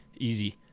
easy